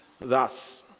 thus